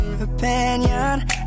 opinion